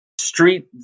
street